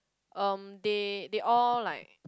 um they they all like